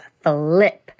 flip